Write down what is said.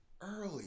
early